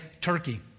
Turkey